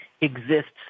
exists